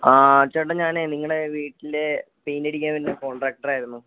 ആ ചേട്ടാ ഞാനെ നിങ്ങളുടെ വീട്ടിന്റെ പെയിൻറ്റ് അടിക്കാൻ വരുന്ന കോണ്ട്രാക്ട്ര് ആയിരുന്നു